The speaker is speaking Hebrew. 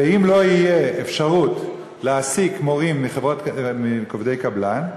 ואם לא תהיה אפשרות להעסיק עובדי קבלן,